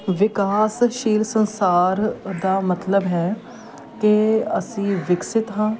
ਵਿਕਾਸਸ਼ੀਲ ਸੰਸਾਰ ਦਾ ਮਤਲਬ ਹੈ ਕਿ ਅਸੀਂ ਵਿਕਸਿਤ ਹਾਂ